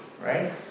right